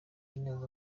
neza